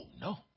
no